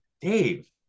dave